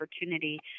opportunity